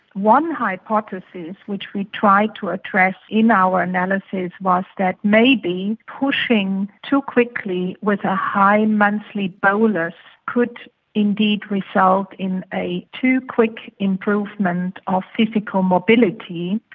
one hypothesis which we tried to address in our analysis was that maybe pushing too quickly with a high monthly bolus could indeed result in a too quick improvement of physical mobility,